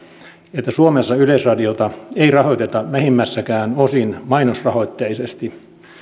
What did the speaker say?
että suomessa yleisradiota ei rahoiteta vähimmässäkään osin mainosrahoitteisesti